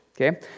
Okay